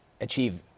achieve